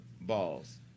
balls